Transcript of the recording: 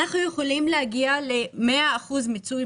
אנחנו יכולים להגיע מחר ל-100 אחוזים מיצוי.